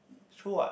true what